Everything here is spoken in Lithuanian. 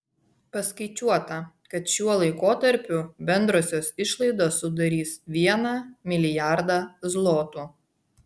paskaičiuota kad šiuo laikotarpiu bendrosios išlaidos sudarys vieną milijardą zlotų